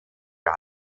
der